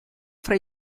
fra